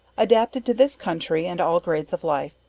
adapted to this country, and all grades of life.